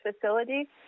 facility